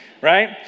right